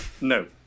no